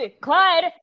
Clyde